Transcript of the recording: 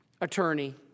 attorney